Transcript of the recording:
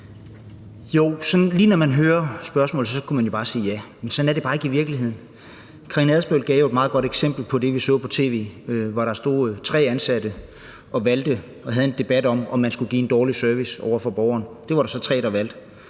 lige når man hører spørgsmålet, skulle man jo bare sige ja. Men sådan er det bare ikke i virkeligheden. Karina Adsbøl gav jo et meget godt eksempel på det, som vi så i tv, hvor der stod tre ansatte og havde en debat om, om man skulle give en dårlig service over for borgerne. Det var der så tre, der valgte,